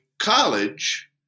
College